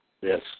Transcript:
Yes